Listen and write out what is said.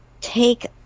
take